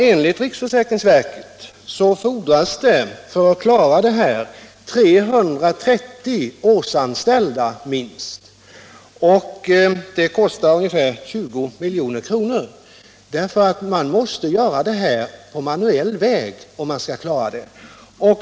Enligt riksförsäkringsverket fordras det för att klara den här saken minst 330 årsanställda, och det kostar ungefär 20 milj.kr. Man måste nämligen göra det här arbetet på manuell väg, om man skall klara det.